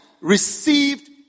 received